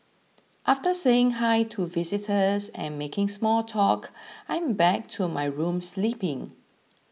after saying Hi to visitors and making small talk I'm back to my room sleeping